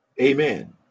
Amen